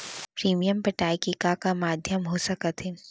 Premium पटाय के का का माधयम हो सकत हे?